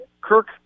Kirk